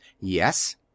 Yes